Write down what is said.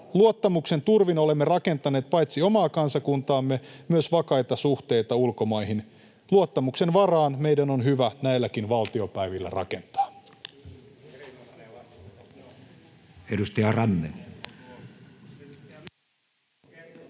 Luottamuksen turvin olemme rakentaneet paitsi omaa kansakuntaamme myös vakaita suhteita ulkomaihin. Luottamuksen varaan meidän on hyvä näilläkin valtiopäivillä rakentaa.